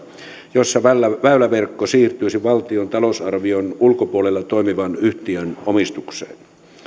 jossa väyläverkko siirtyisi valtion talousarvion ulkopuolella toimivan yhtiön omistukseen